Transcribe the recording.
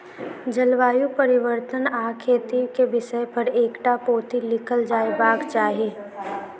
जलवायु परिवर्तन आ खेती के विषय पर एकटा पोथी लिखल जयबाक चाही